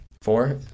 Four